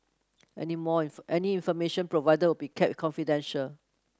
any more any information provided will be kept confidential